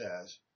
says